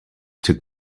took